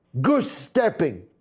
goose-stepping